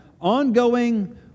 ongoing